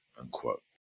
unquote